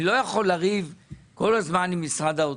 אני לא יכול לריב כל הזמן עם משרד האוצר,